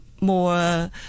more